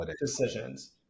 decisions